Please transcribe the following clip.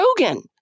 Rogan